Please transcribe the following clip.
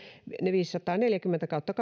viisisataaneljäkymmentä kautta